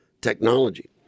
technology